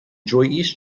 ĝojis